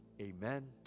amen